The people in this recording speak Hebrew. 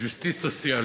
justice sociale,